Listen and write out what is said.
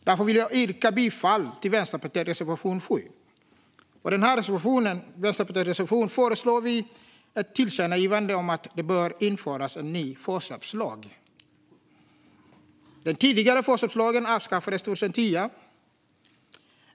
Jag yrkar därför bifall till Vänsterpartiets reservation 7. I reservationen föreslår vi ett tillkännagivande om att det bör införas en ny förköpslag. Den tidigare förköpslagen avskaffades 2010.